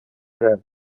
per